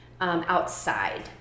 outside